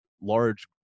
large